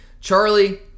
Charlie